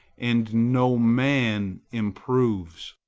and no man improves.